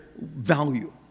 value